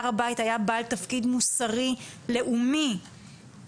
הר הבית היה בעל תפקיד מוסרי-לאומי חשוב.